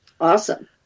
Awesome